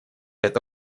это